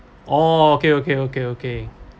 orh okay okay okay okay